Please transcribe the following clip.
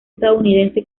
estadounidense